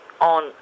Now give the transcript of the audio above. on